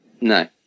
No